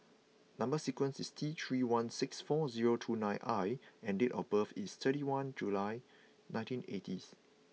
number sequence is T three one six four zero two nine I and date of birth is thirty one July nineteen eighty's